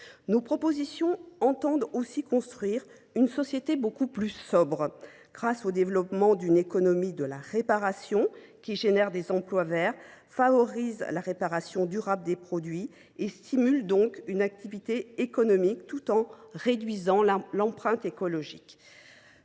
nos préoccupations. Nous entendons aussi construire une société beaucoup plus sobre grâce au développement d’une économie de la réparation, qui créera des emplois verts, favorisera la réparation durable des produits et stimulera l’activité économique, tout en réduisant notre empreinte écologique.